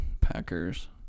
Packers